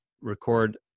record